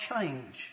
change